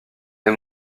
est